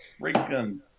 freaking